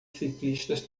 ciclistas